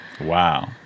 Wow